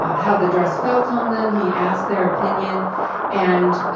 how the dress felt on them. he asked their opinion and,